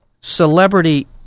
Celebrity